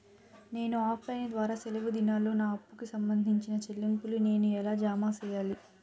నేను offline ద్వారా సెలవు దినాల్లో నా అప్పుకి సంబంధించిన చెల్లింపులు నేను ఎలా జామ సెయ్యాలి?